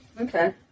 Okay